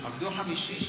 עבדו חמישי,